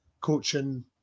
coaching